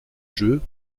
jeu